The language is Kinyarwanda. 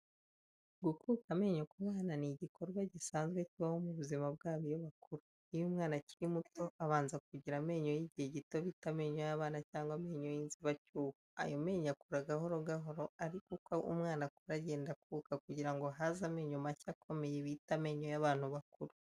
Gukuka amenyo ku bana ni igikorwa gisanzwe kibaho mu buzima bwabo iyo bakura. Iyo umwana akiri muto, abanza kugira amenyo y’igihe gito bita amenyo y’abana cyangwa amenyo y’inzibacyuho. Ayo menyo akura gahoro gahoro, ariko uko umwana akura, agenda akuka kugira ngo haze amenyo mashya akomeye bita amenyo y’abantu bakuru.